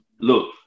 look